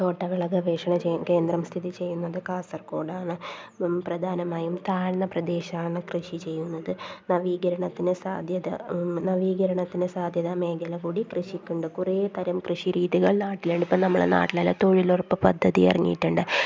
തോട്ട വിള ഗവേഷണ കേന്ദ്രം സ്ഥിതിചെയ്യുന്നത് കാസർഗോഡാണ് പ്രധാനമായും താഴ്ന്ന പ്രദേശമാണ് കൃഷി ചെയ്യുന്നത് നവീകരണത്തിന് സാധ്യത നവീകരണത്തിന് സാധ്യതാ മേഖല കൂടി കൃഷിക്കുണ്ട് കുറേ തരം കൃഷി രീതികൾ നാട്ടിലുണ്ട് ഇപ്പം നമ്മള നാട്ടിൽ തന്നെ തൊഴിലുറപ്പ് പദ്ധതി ഇറങ്ങിയിട്ടുണ്ട്